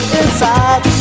inside